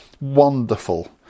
wonderful